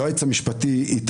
היועץ המשפטי למשרד האוצר,